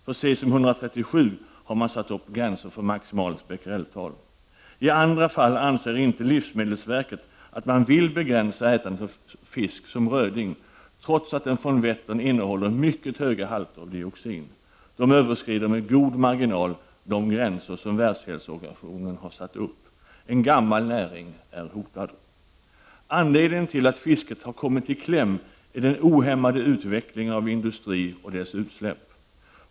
För cesium 137 har man satt upp gränser för maximalt becquereltal. I andra fall anser livsmedelsverket att man inte vill begränsa ätandet av fisk som röding, trots att rödingen från Vättern innehåller mycket höga halter av dioxin. De överskrider med god marginal de gränser som Världshälsoorganisationen har satt upp. En gammal näring är hotad. Anledningen till att fisket har kommit i kläm är den ohämmade utvecklingen av industrin och dess utsläpp.